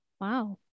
Wow